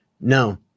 No